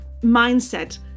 mindset